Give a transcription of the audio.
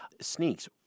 Sneaks